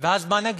ואז, מה נגיד?